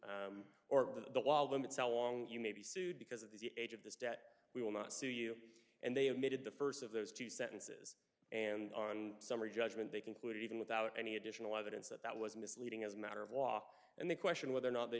you or the limits how long you may be sued because of the age of this debt we will not sue you and they admitted the first of those two sentences and on summary judgment they concluded even without any additional evidence that that was misleading as a matter of law and they question whether or not they